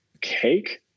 Cake